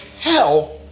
hell